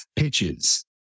pitches